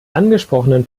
angesprochenen